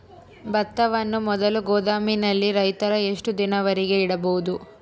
ಭತ್ತವನ್ನು ಮೊದಲು ಗೋದಾಮಿನಲ್ಲಿ ರೈತರು ಎಷ್ಟು ದಿನದವರೆಗೆ ಇಡಬಹುದು?